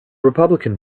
republican